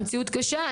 המציאות קשה?